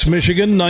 Michigan